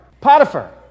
Potiphar